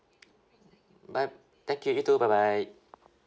bye thank you you too bye bye